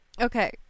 okay